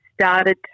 started